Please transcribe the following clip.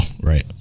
right